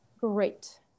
Great